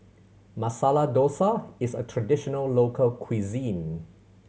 Masala Dosa is a traditional local cuisine